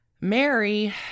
Mary